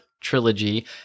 trilogy